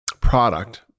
product